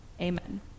Amen